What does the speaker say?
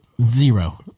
Zero